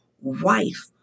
wife